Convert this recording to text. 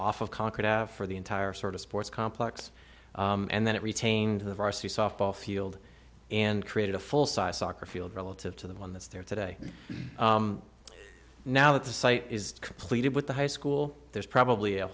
of concord out for the entire sort of sports complex and then it retained the varsity softball field and created a full size soccer field relative to the one that's there today now that the site is completed with the high school there's probably a